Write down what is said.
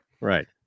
Right